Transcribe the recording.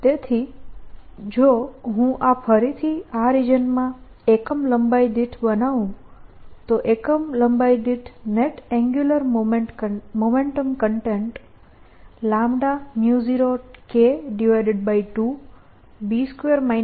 2πsds0K 2 તેથી જો હું આ ફરીથી આ રિજનમાં એકમ લંબાઈ દીઠ બનાવું તો એકમ લંબાઈ દીઠ net angular momentum content 0K2 છે